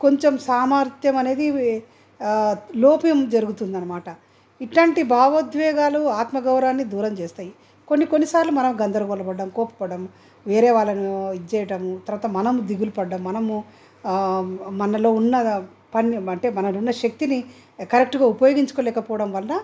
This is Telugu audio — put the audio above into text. కొంచెం సామర్థ్యం అనేది లోపం జరుగుతుందన్నమాట ఇట్లాంటి భావోద్వేగాలు ఆత్మగౌరవాన్ని దూరం చేస్తాయి కొన్ని కొన్నిసార్లు మనం గందరగోళపడటం కోప్పడటం వేరే వాళ్ళను ఇది చేయడము తరువాత మనము దిగులు పడటము మనము మనలో ఉన్న పని అంటే మనలో ఉన్న శక్తిని కరెక్ట్గా ఉపయోగించుకోలేకపోవడం వల్ల